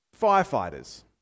Firefighters